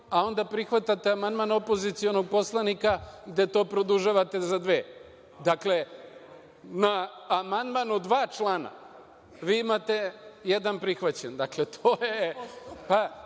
a onda prihvatate amandman opozicionog poslanika gde to produžavate za dve. Dakle, na amandman od dva člana vi imate jedan prihvaćen. To pokazuje